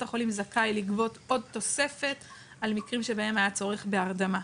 בית החולים זכאי לגבות עוד תוספת על מקרים שבהם היה צורך בהרדמה.